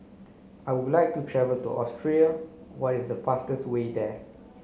I would like to travel to Austria what is the fastest way there